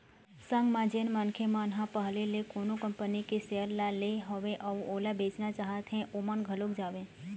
संग म जेन मनखे मन ह पहिली ले कोनो कंपनी के सेयर ल ले हवय अउ ओला बेचना चाहत हें ओमन घलोक जावँय